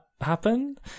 happen